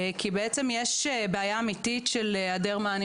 כי בעצם ישנה בעיה אמיתית של היעדר מענים